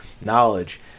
knowledge